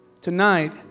Tonight